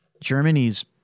Germany's